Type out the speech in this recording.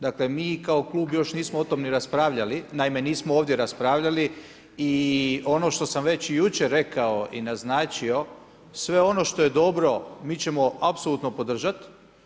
Dakle mi kao klub još nismo o tome ni raspravljali, naime nismo ovdje raspravljali i ono što sam već jučer rekao i naznačio, sve ono što je dobro mi ćemo apsolutno podržati.